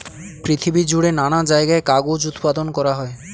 পৃথিবী জুড়ে নানা জায়গায় কাগজ উৎপাদন করা হয়